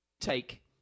take